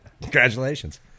Congratulations